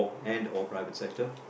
and or private sector